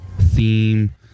theme